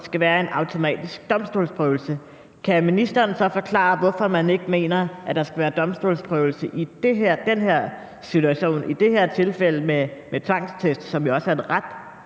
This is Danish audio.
skal være en automatisk domstolsprøvelse. Kan ministeren så forklare, hvorfor man ikke mener at der skal være domstolsprøvelse i det her tilfælde med tvangstest, som jo også er en ret